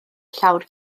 llawr